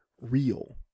real